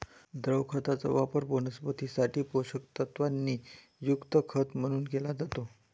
द्रव खताचा वापर वनस्पतीं साठी पोषक तत्वांनी युक्त खत म्हणून केला जातो